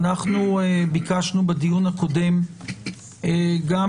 אני כבר אומר מראש שהסוגיה של מפרט חדרי ה-VC זה גם